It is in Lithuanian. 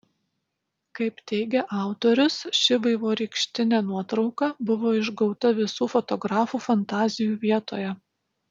kaip teigia autorius ši vaivorykštinė nuotrauka buvo išgauta visų fotografų fantazijų vietoje